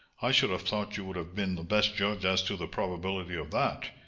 i should have thought you would have been the best judge as to the probability of that.